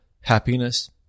Happiness